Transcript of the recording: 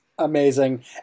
Amazing